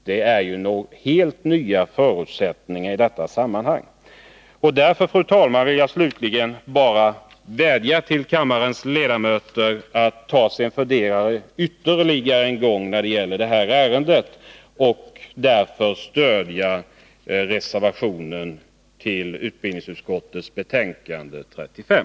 Det är helt nya förutsättningar för folkhögskoleverksamhetens bedrivande. Därför, fru talman, vill jag slutligen vädja till kammarens ledamöter att ta sig ytterligare en funderare när det gäller detta ärende och stödja reservationen till utbildningsutskottets betänkande nr 35.